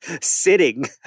sitting